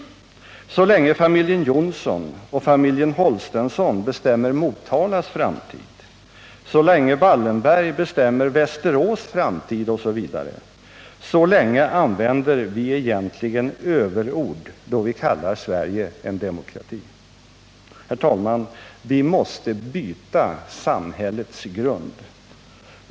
Så länge familjen Johnson och familjen Holstensson bestämmer Motalas framtid, så länge Wallenberg bestämmer Västerås framtid osv — så länge använder vi egentligen överord då vi kallar Sverige en demokrati.” Herr talman! Vi måste byta samhällets grund.